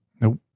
Nope